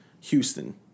Houston